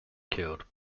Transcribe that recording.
killed